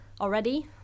already